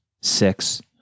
six